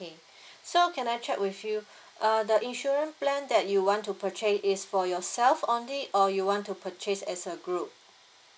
so can I check with you uh the insurance plan that you want to purchase is for yourself only or you want to purchase as a group